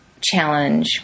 challenge